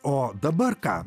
o dabar ką